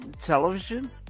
Television